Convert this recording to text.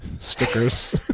Stickers